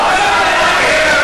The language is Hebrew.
לא בא בחשבון.